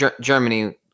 Germany